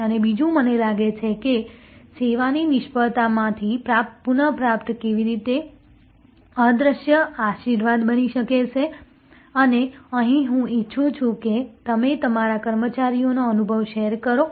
અને બીજું મને લાગે છે કે સેવાની નિષ્ફળતામાંથી પુનઃપ્રાપ્તિ કેવી રીતે અદ્રશ્ય આશીર્વાદ બની શકે છે અને અહીં હું ઈચ્છું છું કે તમે તમારા કર્મચારીઓનો અનુભવ શેર કરો